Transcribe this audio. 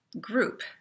group